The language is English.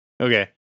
Okay